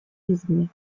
извне